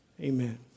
Amen